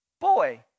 boy